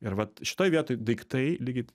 ir vat šitoj vietoj daiktai lygiai